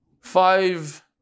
five